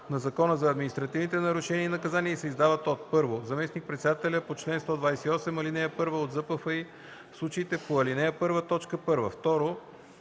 на Закона за административните нарушения и наказания и се издават от: 1. заместник-председателя по чл. 128, ал. 1 от ЗПФИ – в случаите по ал. 1,